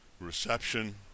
reception